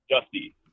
Dusty